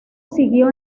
siguió